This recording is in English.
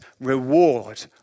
Reward